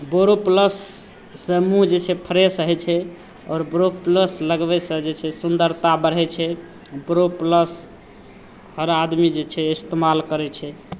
बोरोप्लससे मुँह जे छै फ्रेश होइ छै आओर बोरोप्लस लगबैसे जे छै सुन्दरता बढ़ै छै बोरोप्लस हर आदमी जे छै इस्तेमाल करै छै